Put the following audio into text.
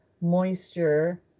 moisture